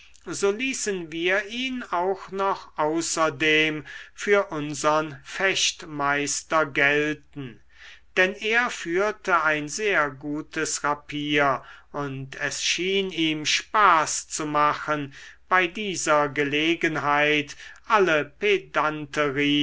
so ließen wir ihn auch noch außerdem für unsern fechtmeister gelten denn er führte ein sehr gutes rapier und es schien ihm spaß zu machen bei dieser gelegenheit alle